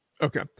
Okay